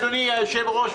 אדוני היושב-ראש,